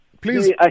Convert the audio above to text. Please